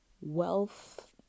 wealth